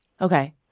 Okay